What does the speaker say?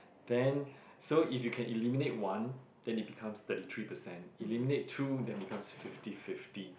then so if you can eliminate one then it becomes thirty three percent eliminate two then becomes fifty fifty